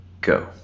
Go